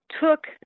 took